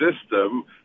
system